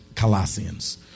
Colossians